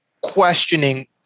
questioning